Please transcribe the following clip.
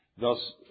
thus